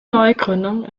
neugründung